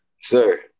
Sir